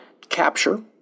capture